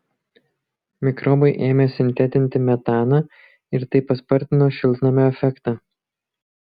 mikrobai ėmė sintetinti metaną ir tai paspartino šiltnamio efektą